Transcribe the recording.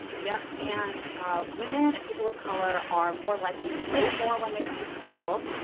yep. and ah women and people of color are more likely to owe more when they leave school,